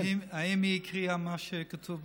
האם היא הקריאה מה שכתוב בשאילתה?